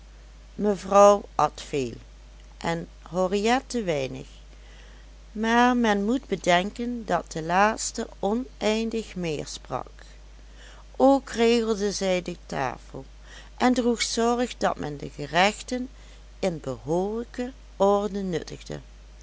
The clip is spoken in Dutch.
mevrouw at veel en henriette weinig maar men moet bedenken dat de laatste oneindig meer sprak ook regelde zij de tafel en droeg zorg dat men de gerechten in behoorlijke orde nuttigde